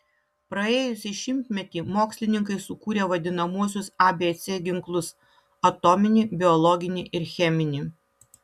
praėjusį šimtmetį mokslininkai sukūrė vadinamuosius abc ginklus atominį biologinį ir cheminį